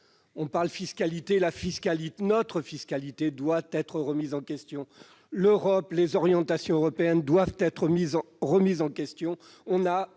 On parle fiscalité : notre fiscalité doit être remise en question. Les orientations européennes doivent être remises en question.